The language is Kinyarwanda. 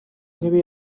ntebe